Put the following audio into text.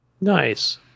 Nice